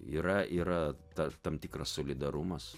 yra yra tam tikras solidarumas